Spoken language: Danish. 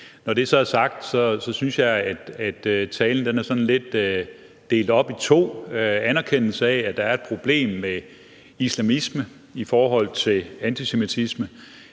Når det så er sagt, synes jeg, at talen er lidt delt op i to, nemlig på den ene side en anerkendelse af, at der er et problem med islamisme i forhold til antisemitisme,